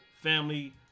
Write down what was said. family